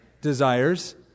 desires